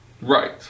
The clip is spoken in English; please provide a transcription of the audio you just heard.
Right